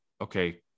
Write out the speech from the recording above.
okay